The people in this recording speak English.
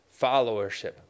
Followership